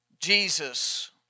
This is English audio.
Jesus